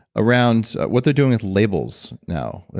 around what they're doing with labels now.